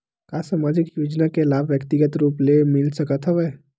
का सामाजिक योजना के लाभ व्यक्तिगत रूप ले मिल सकत हवय?